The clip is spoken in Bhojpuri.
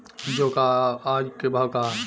जौ क आज के भाव का ह?